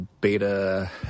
beta